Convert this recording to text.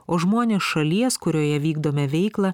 o žmonės šalies kurioje vykdome veiklą